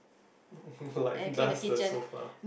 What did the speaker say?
like dust the sofa